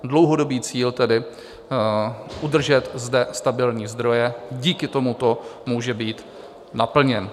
Dlouhodobý cíl tedy udržet zde stabilní zdroje díky tomuto může být naplněn.